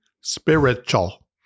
spiritual